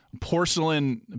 porcelain